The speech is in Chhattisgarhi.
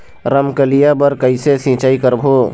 रमकलिया बर कइसे सिचाई करबो?